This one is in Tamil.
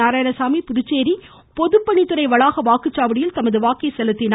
நாராயணசாமி புதுச்சேரி பொதுப்பணித்துறை வளாக வாக்குச்சாவடியில் தமது வாக்கை செலுத்தினார்